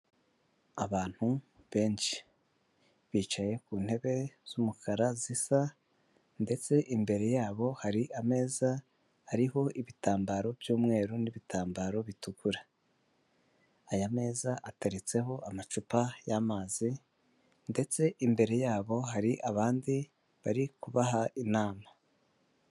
Abantu benshi bicaye ku ntebe z'umukara zisa ndetse imbere yabo hari ameza hariho ibitambaro by'umweru n'ibitambaro bitukura, aya meza ateretseho amacupa y'amazi ndetse imbere yabo hari abandi bari kubaha inama.